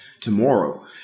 tomorrow